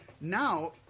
Now